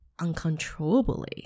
uncontrollably